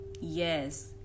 Yes